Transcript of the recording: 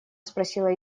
спросила